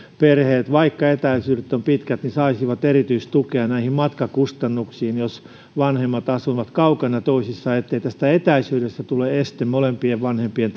perheet vaikka etäisyydet ovat pitkät saisivat erityistukea matkakustannuksiin jos vanhemmat asuvat kaukana toisistaan ettei tästä etäisyydestä tule este molempien vanhempien